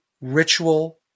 ritual